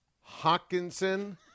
Hawkinson